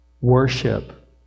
worship